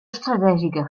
estratègica